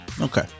Okay